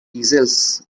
easels